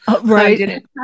Right